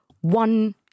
one